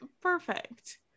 perfect